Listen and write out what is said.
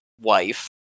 wife